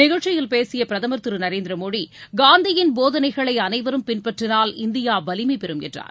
நிகழ்ச்சியில் பேசிய பிரதமர் திரு நரேந்திர மோடி காந்தியின் போதனைகளை அனைவரும் பின்பற்றினால் இந்தியா வலிமை பெறும் என்றார்